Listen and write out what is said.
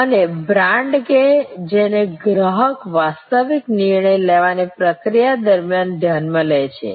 અને બ્રાન્ડ કે જેને ગ્રાહક વાસ્તવિક નિર્ણય લેવાની પ્રક્રિયા દરમિયાન ધ્યાનમાં લે છે